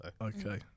Okay